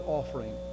offering